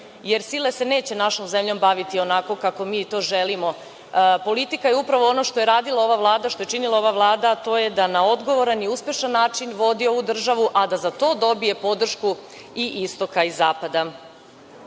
jer sile se neće našom zemljom baviti onako kako mi to želimo. Politika je upravo ono što je radila ova Vlada, što je činila ova Vlada, a to je da na odgovoran i uspešan način vodi ovu državu, a da za to dobije podršku i istoka i zapada. Što